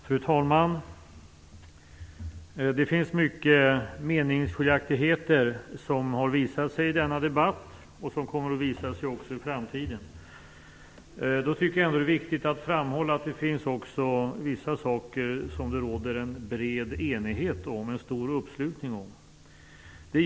Fru talman! Det finns många meningsskiljaktigheter, vilket har visat sig i denna debatt och vilket också kommer att visa sig i framtiden. Jag tycker ändå att det är viktigt att framhålla att det också finns vissa saker som det råder en bred enighet om och som det finns stor uppslutning kring.